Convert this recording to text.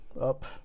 up